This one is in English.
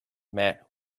mat